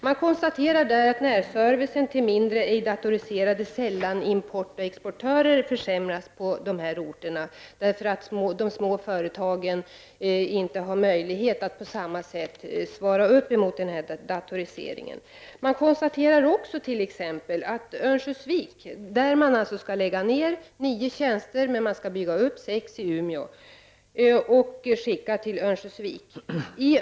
Man konstaterar att närservicen till mindre ej datoriserade sällanimportörer och sällanexportörer försämrats på orten, därför att de små företagen inte på samma sätt som de stora har möjlighet att svara upp mot datoriseringen. Det konstateras också att nio tjänster skall läggas ned i Örnsköldsvik, medan sex tjänster skall byggas upp i Umeå för att därefter gå till Örnsköldsvik.